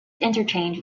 interchange